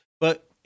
But-